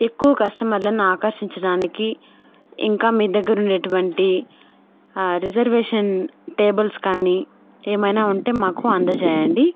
ఎక్కువ కస్టమర్లను ఆకర్షించడానికి ఇంకా మీ దగ్గర ఉండేటువంటి రిజర్వేషన్ టేబుల్స్ కానీ ఏమైనా ఉంటే మాకు అందజేయండి